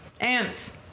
ants